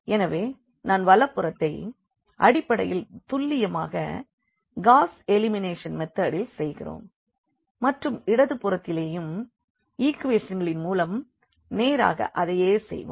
எனவே நான் வலதுபுறத்தை அடிப்படையில் துல்லியமாக காஸ் எலிமினேஷன் மெதேடில் செய்கிறோம் மற்றும் இடதுபுறத்திலேயும் ஈக்குவேஷன்களின் மூலம் நேராக அதையே செய்வோம்